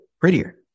prettier